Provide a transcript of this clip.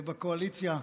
בקואליציה,